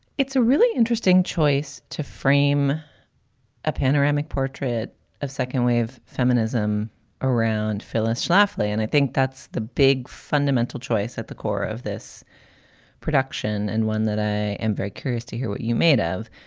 it's a really interesting choice to frame a panoramic portrait of second wave feminism around phyllis schlafly. and i think that's the big fundamental choice at the core of this production and one that i am very curious to hear what you made of.